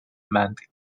month